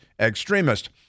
extremist